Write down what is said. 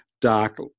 dark